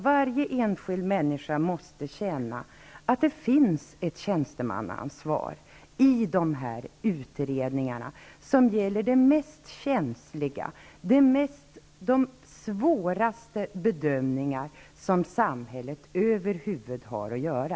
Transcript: Varje enskild människa måste känna att det finns ett tjänstemannaansvar för dessa utredningar, vilka gäller de mest känsliga och svåraste bedömningar som samhället över huvud taget har att göra.